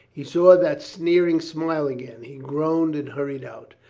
he saw that sneering smile again. he groaned and hurried out.